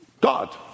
God